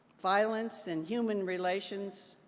violence in human relations,